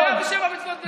חייב בשבע מצוות בני נח,